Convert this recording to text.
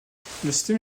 système